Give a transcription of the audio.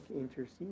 intercede